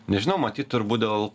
nežinau matyt turbūt dėl